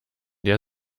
der